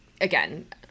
again